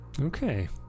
Okay